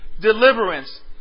deliverance